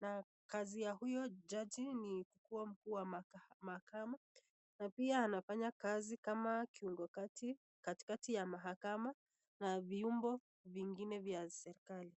na kazi ya huyo jaji ni kuwa mkuu wa mahakama na pia anafanya kazi kana kiungi kati viomba vingine vya serkali.